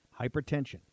Hypertension